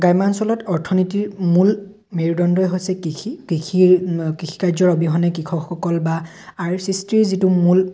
গ্ৰাম্যাঞ্চলত অৰ্থনীতিৰ মূল মেৰুদণ্ডই হৈছে কৃষি কৃষিৰ কৃষি কাৰ্যৰ অবিহনে কৃষকসকল বা আৰু সৃষ্টিৰ যিটো মূল